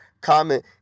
Comment